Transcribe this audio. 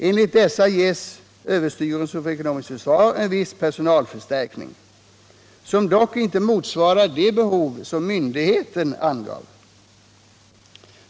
Enligt dessa ges överstyrelsen för ekonomiskt försvar en viss personalförstärkning, som dock inte motsvarar de behov som myndigheten angav.